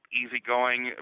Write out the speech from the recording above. easygoing